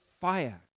fire